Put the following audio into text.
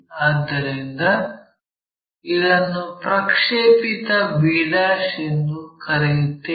ಆದ್ದರಿಂದ ಇದನ್ನು ಪ್ರಕ್ಷೇಪಿತ b' ಎಂದು ಕರೆಯುತ್ತೇವೆ